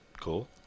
Cool